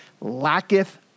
lacketh